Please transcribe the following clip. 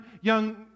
young